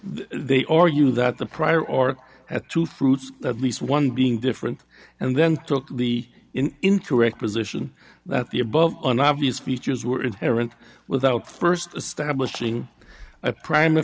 they are you that the prior or at two fruits at least one being different and then took the incorrect position that the above an obvious features were inherent without st establishing a prim